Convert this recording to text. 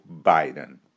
Biden